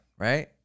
Right